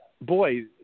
boy